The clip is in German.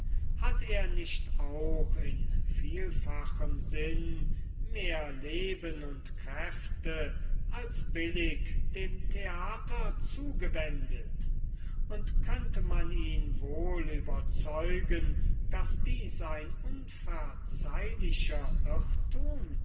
hat er nicht auch in vielfachem sinn mehr leben und kräfte als billig dem theater zugewendet und könnte man ihn wohl überzeugen daß dies ein unverzeihlicher irrtum